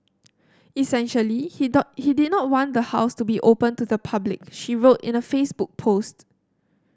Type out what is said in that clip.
essentially he dot he did not want the house to be open to the public she wrote in a Facebook post